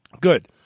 Good